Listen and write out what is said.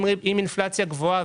אם האינפלציה גבוהה,